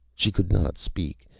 she could not speak,